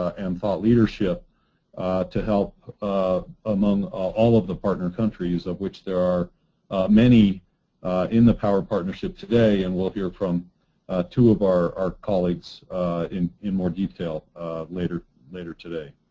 and thought leadership to help ah among all of the partner countries, which there are many in the power partnership today and will appear from two of our our colleagues in in more detail later later today.